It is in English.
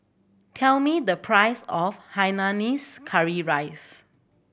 tell me the price of hainanese curry rice